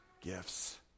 gifts